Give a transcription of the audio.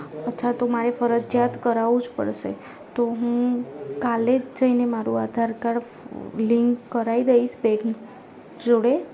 અચ્છા તો મારે ફરજિયાત કરાવવું જ પડશે તો હું કાલે જ જઈને મારું આધાર કાડ લિન્ક કરાવી દઇશ બેન્ક જોડે